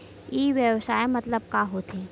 ई व्यवसाय मतलब का होथे?